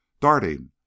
darting